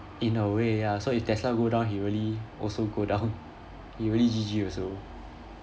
in a way ya so if tesla go down he really also go down he really G_G also